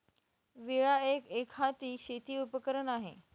विळा एक, एकहाती शेती उपकरण आहे